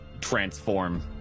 transform